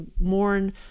mourn